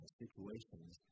situations